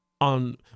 on